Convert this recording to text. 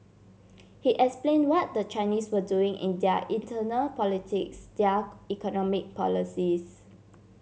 he explained what the Chinese were doing in their internal politics their economic policies